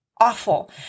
awful